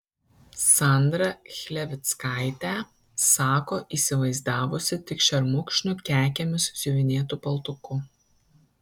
sandrą chlevickaitę sako įsivaizdavusi tik šermukšnių kekėmis siuvinėtu paltuku